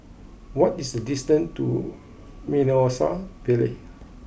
what is the distance to Mimosa Vale